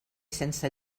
sense